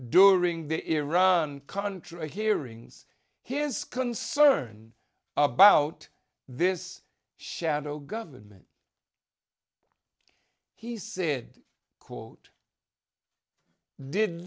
during the iran contra hearings his concern about this shadow government he said quote did